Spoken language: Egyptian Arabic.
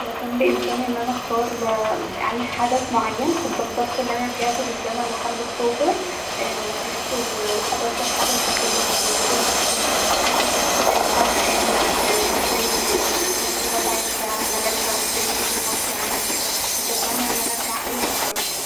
لو كان بإمكاني أن انا اختار اعيش حدث معين كنت اخترت أن انا رجعت بالزمن لحرب أكتوبر وعيشت وحضرت الحدث ده كله من أوله لاخره وكنت شوفت ازاي الحرب قامت وازاي مصر دافعت عن بلدها وازاي الجيش المصري عمل كدا كنت اتمني أن انا ارجع اول للحرب